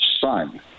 son